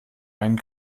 einen